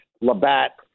Labatt